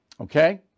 Okay